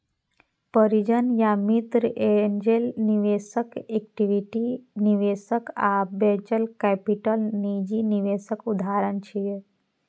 परिजन या मित्र, एंजेल निवेशक, इक्विटी निवेशक आ वेंचर कैपिटल निजी निवेशक उदाहरण छियै